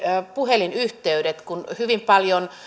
puhelinyhteydet kun hyvin paljon